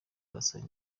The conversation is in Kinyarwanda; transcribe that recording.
arasaba